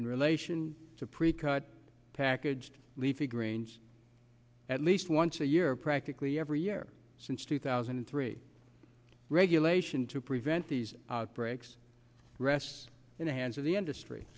in relation to precut packaged leafy greens at least once a year practically every year since two thousand and three regulation to prevent these outbreaks rests in the hands of the industry